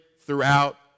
throughout